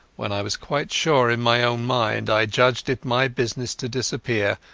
when i was quite sure in my own mind i judged it my business to disappear,